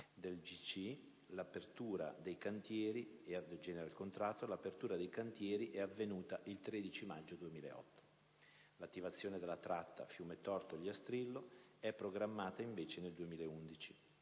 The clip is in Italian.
l'apertura dei cantieri è avvenuta il 13 maggio 2008. L'attivazione della tratta Fiumetorto-Ogliastrillo è invece programmata nel 2011.